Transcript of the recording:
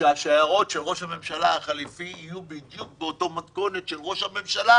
שהשיירות של ראש הממשלה החילופי יהיו בדיוק באותה מתכונת של ראש הממשלה